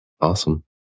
Awesome